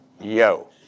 Yo